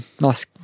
Nice